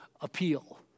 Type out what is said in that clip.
appeal